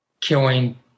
killing